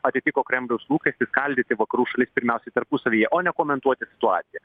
atitiko kremliaus lūkestį skaldyti vakarų šalis pirmiausiai tarpusavyje o ne komentuoti situaciją